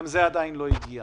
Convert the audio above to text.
גם זה עדיין לא הגיע.